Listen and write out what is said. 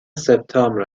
سپتامبر